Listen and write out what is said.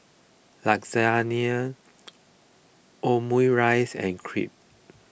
Lasagne Omurice and Crepe